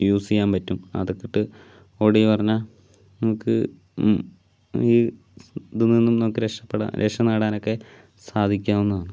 use ചെയ്യാൻ പറ്റും അതൊക്കെ ഇട്ട് ഓടി എന്ന് പറഞ്ഞാൽ നമുക്ക് ഈ ഇതിൽ നിന്നൊക്കെ രക്ഷപ്പെടാൻ രക്ഷ നേടാനൊക്കെ സാധിക്കാവുന്നതാണ്